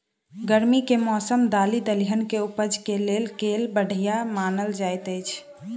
गर्मी केँ मौसम दालि दलहन केँ उपज केँ लेल केल बढ़िया मानल जाइत अछि?